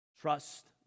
Trust